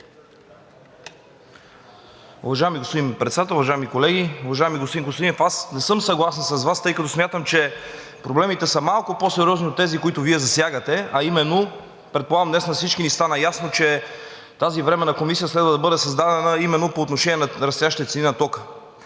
Уважаеми господин Председател, уважаеми колеги! Уважаеми господин Костадинов, аз не съм съгласен с Вас, тъй като смятам, че проблемите са малко по сериозни от тези, които Вие засягате, а именно: предполагам днес на всички ни стана ясно, че тази временна комисия следва да бъде създадена именно по отношение на растящите цени на тока